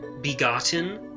begotten